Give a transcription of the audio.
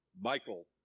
Michael